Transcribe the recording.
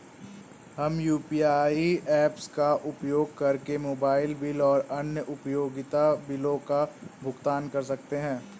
हम UPI apps का उपयोग करके मोबाइल बिल और अन्य उपयोगिता बिलों का भुगतान कर सकते हैं